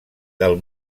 del